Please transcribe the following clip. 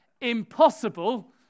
impossible